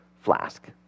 flask